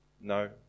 No